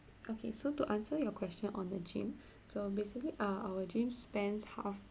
okay so to answer your question on the gym so basically uh our gym spans half